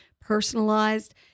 personalized